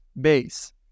base